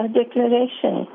declaration